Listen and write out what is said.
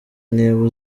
niba